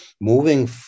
moving